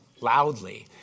loudly